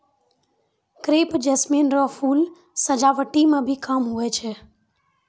crepe jasmine रो फूल सजावटी मे भी काम हुवै छै